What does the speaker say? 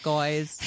Guys